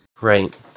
Right